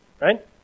right